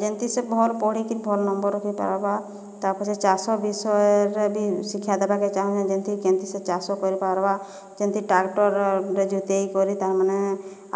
ଯେନ୍ତି ସେ ଭଲ ପଢ଼ିକିରି ଭଲ ନମ୍ବର ରଖି ପାର୍ବା ତାପରେ ଚାଷ ବିଷୟରେ ବି ଶିକ୍ଷା ଦେବାକେ ଚାହୁଁଛେ ଯେନ୍ତି କେମିତି ସେ ଚାଷ କରି ପାର୍ବା ଯେମିତି ଟ୍ରାକ୍ଟରରେ ଜୋତାଇକରି ତାମାନେ